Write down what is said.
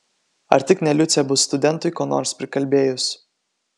ar tik ne liucė bus studentui ko nors prikalbėjus